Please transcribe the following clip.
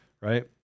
right